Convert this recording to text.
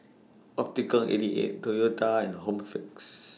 Optical eighty eight Toyota and Home Fix